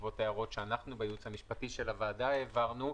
ובעקבות ההערות שאנחנו בייעוץ המשפטי של הוועדה העברנו,